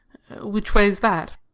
which way is that?